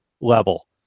level